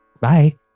Bye